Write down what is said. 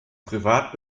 privat